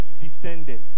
descended